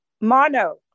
Mono